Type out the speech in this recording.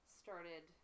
started